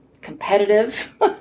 competitive